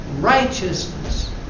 righteousness